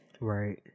Right